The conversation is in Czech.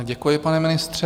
Děkuji, pane ministře.